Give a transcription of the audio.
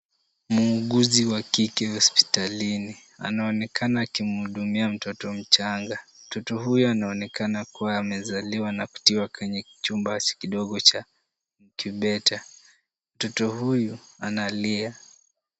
Muuguzi wa kike hospitalini anaonekana akimhudumia mtoto mchanga. Mtoto huyu anaonekana kuwa amezaliwa na kutiwa kwenye chumba kidogo cha incubator . Mtoto huyu analia.